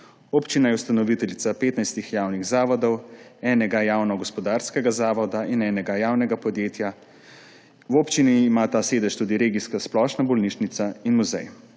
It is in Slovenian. Občina je ustanoviteljica 15 javnih zavodov, enega javno-gospodarskega zavoda in enega javnega podjetja. V občini imata sedež tudi regijska splošna bolnišnica in muzej.